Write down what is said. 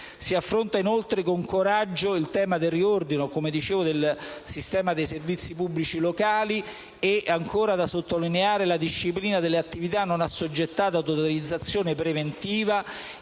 Si affronta inoltre con coraggio il tema del riordino, come dicevo, del sistema dei servizi pubblici locali, ed è da sottolineare la disciplina sulle attività non assoggettate ad autorizzazione preventiva,